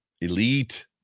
elite